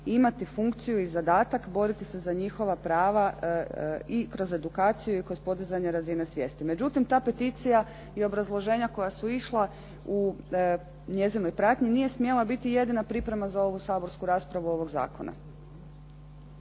imati funkciju i zadatak boriti se za njihova prava i kroz edukaciju i kroz podizanje razine svijesti. Međutim, ta peticija i obrazloženja koja su išla u njezinoj pratnji nije smjela biti jedina priprema za ovu saborsku raspravu ovog zakona.